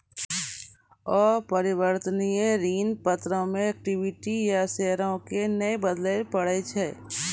अपरिवर्तनीय ऋण पत्रो मे इक्विटी या शेयरो के नै बदलै पड़ै छै